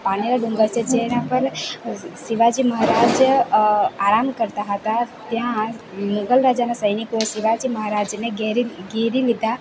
પાનેરા ડુંગર છે જેના પર શિવાજી મહારાજ આરામ કરતાં હતા ત્યાં મુગલ રાજાના સૈનિકોએ શિવાજી મહારાજને ઘેરી ઘેરી લીધા